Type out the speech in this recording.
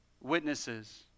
witnesses